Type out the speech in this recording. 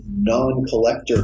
non-collector